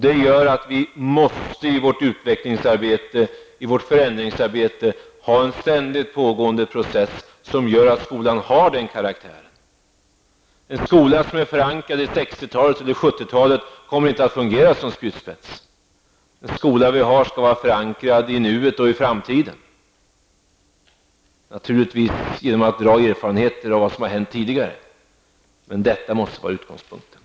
Vi måste därför i vårt utvecklings och förändringsarbete ha en ständigt pågående process så att skolan får den karaktären. En skola som är förankrad i 60 eller 70-talet kommer inte att fungera som spjutspets. Skolan skall vara förankrad i nuet och i framtiden. Man skall naturligtvis dra nytta av erfarenheter av vad som har hänt tidigare. Men detta måste vara utgångspunkten.